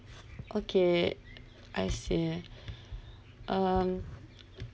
okay I see um